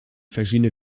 verschiedene